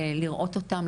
לראות אותם,